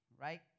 right